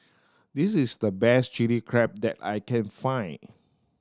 this is the best Chilli Crab that I can find